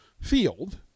field